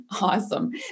Awesome